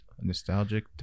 nostalgic